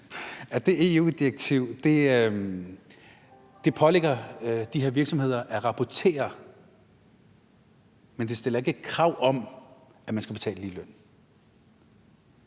at det pålægger de her virksomheder at rapportere, men at det ikke stiller krav om, at man skal betale ligeløn?